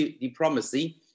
diplomacy